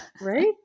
right